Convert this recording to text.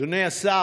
אדוני השר,